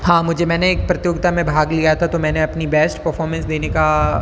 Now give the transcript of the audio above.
हाँ मुझे मैंने एक प्रतियोगिता में भाग लिया था तो मैंने अपनी बेस्ट परफ़ोमेंस देने का